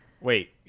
Wait